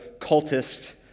cultist